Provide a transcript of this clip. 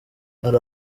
hari